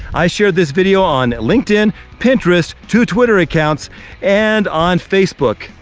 i shared this video on linkedin, pinterest, two twitter accounts and on facebook.